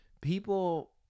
people